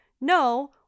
no